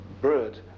bird